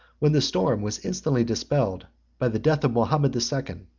when the storm was instantly dispelled by the death of mahomet the second,